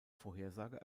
vorhersage